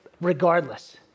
Regardless